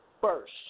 first